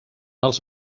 els